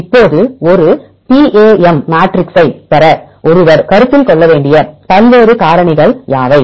இப்போது ஒரு பிஏஎம் மேட்ரிக்ஸைப் பெற ஒருவர் கருத்தில் கொள்ள வேண்டிய பல்வேறு காரணிகள் யாவை